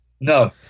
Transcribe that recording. No